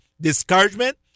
discouragement